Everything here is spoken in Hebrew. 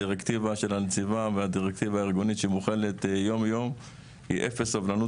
הדירקטיבה של הנציבה והדירקטיבה הארגונית שמוחלת יום יום היא אפס סבלנות